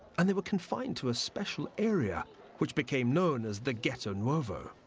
and they were confined to a special area which became known as the ghetto nuovo.